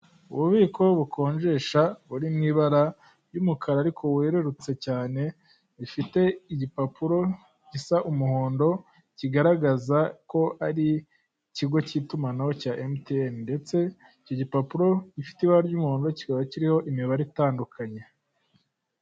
Ububiko bukonjesha buri mu ibara ry'umukara ariko werurutse cyane rifite igipapuro gisa umuhondo kigaragaza ko ari ikigo cy'itumanaho cya emutiyeni ndetse iki gipapuro gifite ibara ry'umuhondo kikaba kiriho imibare itandukanye.